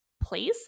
place